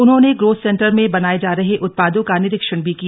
उन्होंने growth centre में बनाये जा रहे उत्पादों का निरीक्षण भी किया